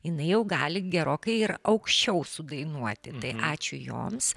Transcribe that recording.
jinai jau gali gerokai ir aukščiau sudainuoti tai ačiū joms